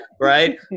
Right